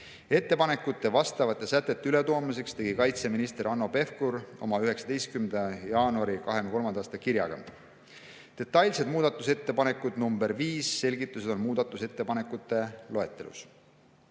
Ettepaneku vastavate sätete ületoomiseks tegi kaitseminister Hanno Pevkur oma 19. jaanuari 2023. aasta kirjaga. Detailsed muudatusettepaneku nr 5 selgitused on muudatusettepanekute loetelus.